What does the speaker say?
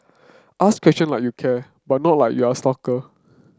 ask question like you care but not like you're a stalker